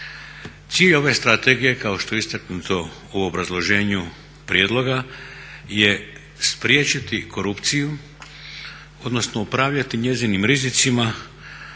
Cilj ove strategije kao što je istaknuto u obrazloženju prijedloga je spriječiti korupciju odnosno upravljati njezinim rizicima